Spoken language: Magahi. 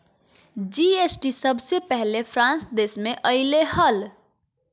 जी.एस.टी सबसे पहले फ्रांस देश मे अइले हल